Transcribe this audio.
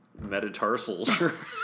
metatarsals